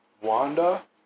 Wanda